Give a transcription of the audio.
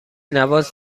نواز